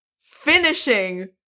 finishing